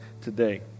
today